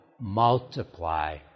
multiply